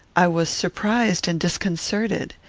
i was surprised and disconcerted.